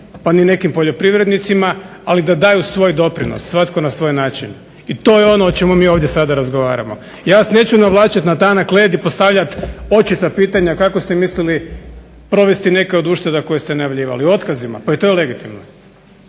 onim nekim poljoprivrednicima, ali da daju svoj doprinos svatko na svoj način. I to je ono o čemu mi ovdje sada razgovaramo. Ja vas neću navlačiti na tanak led i postavljati očita pitanja kako ste mislili provesti neke od ušteda koje ste najavljivali. O otkazima pa i to je legitimno.